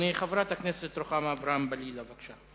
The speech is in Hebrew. חברת הכנסת רוחמה אברהם-בלילא, בבקשה.